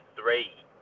three